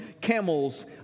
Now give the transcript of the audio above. camels